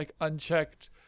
unchecked